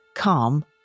Calm